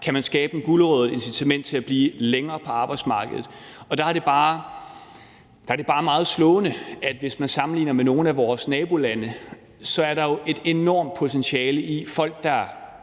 Kan man skabe en gulerod og et incitament til at blive længere på arbejdsmarkedet? Der er det bare meget slående, at hvis man sammenligner med nogle af vores nabolande, er der jo et enormt potentiale i folk, der